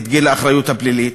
את גיל האחריות הפלילית?